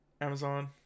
Amazon